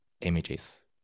images